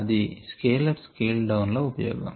అది scale up scale down ల ఉపయోగం